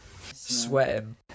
Sweating